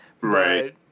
Right